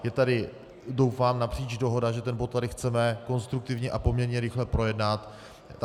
Je tady, doufám, napříč dohoda, že ten bod tady chceme konstruktivně a poměrně rychle projednat.